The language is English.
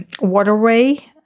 waterway